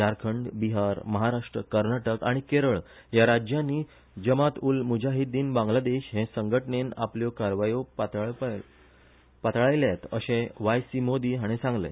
झारखंड बिहार महाराष्ट्र कर्नाटक आनी केरळ ह्या राज्यांनी जमात उल मुजाहिदीन बांगलादेश हे संघटनेन आपल्यो कारवायो पाताळायल्यात अशे व्हाय सी मोदी हाणे सांगले